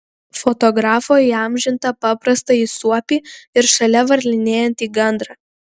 fotografo įamžintą paprastąjį suopį ir šalia varlinėjantį gandrą